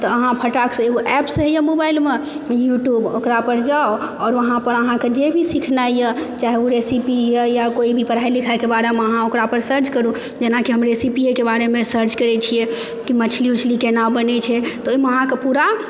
तऽ अहाँ फटाक से एगो एप्प्स होइया मोबाइलमे यूटयूब ओकरा पर जाउ और वहाँ पर अहाँके जे भी सीखनाइ यऽ चाहे ओ रेसिपी हो या कोई भी पढ़ाई लिखाईके बारेमे अहाँ ओकरा पर सर्च करु जेनाकि हम रेसीपीएके बारे सर्च करै छियै कि मछली उछली केना बनै छै ओहिमे अहाँके पुरा